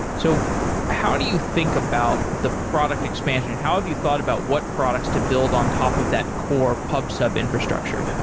so how do you think about the product expansion? and how have you thought about what products to build on top of that core pub-sub infrastructure?